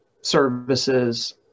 services